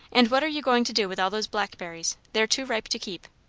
and what are you going to do with all those blackberries? they're too ripe to keep.